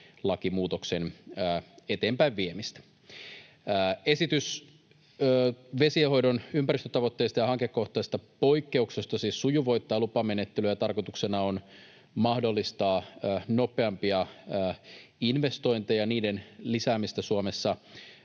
lakimuutoksen eteenpäinviemistä. Esitys vesienhoidon ympäristötavoitteista ja hankekohtaisista poikkeamisista siis sujuvoittaa lupamenettelyä. Tarkoituksena on mahdollistaa nopeampia investointeja, niiden lisäämistä Suomessa,